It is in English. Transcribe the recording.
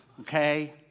Okay